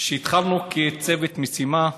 כשהתחלנו כצוות משימה,